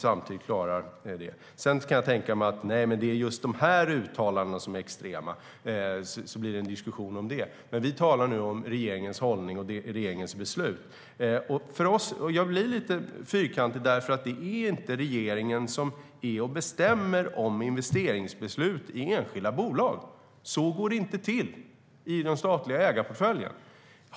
Sedan kan jag tänka mig att man säger: Nej, det är just de här uttalandena som är extrema. Och så blir det en diskussion om det. Men nu talar vi om regeringens hållning och beslut. Jag blir lite fyrkantig, för det är inte regeringen som bestämmer om investeringsbeslut i enskilda bolag. Så går det inte till i den statliga ägarportföljen.